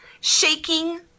Shaking